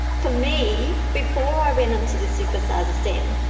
for me, before i went into the superstars of stem,